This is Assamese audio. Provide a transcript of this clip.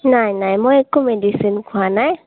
নাই নাই মই একো মেডিচিন খোৱা নাই